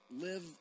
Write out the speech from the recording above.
live